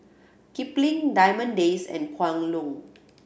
Kipling Diamond Days and Kwan Loong